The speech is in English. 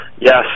yes